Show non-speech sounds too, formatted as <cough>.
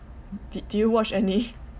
did you watch any <laughs>